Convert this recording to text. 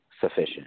sufficient